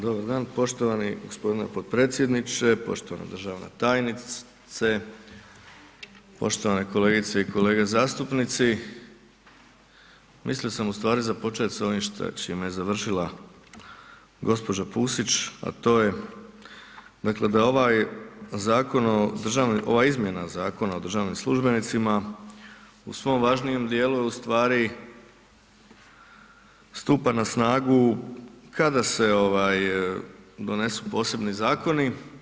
Dobar dan, poštovani gospodine potpredsjedniče, poštovana državna tajnice, poštovane kolegice i kolege zastupnici, mislio sam u stvari započet sa čime je završila gospođa Pusić, a to je da ovaj zakon ova izmjena Zakona o državnim službenicima u svom važnijem dijelu u stvari stupa na snagu kada se ovaj donesu posebni zakoni.